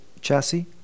chassis